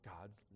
God's